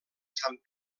sant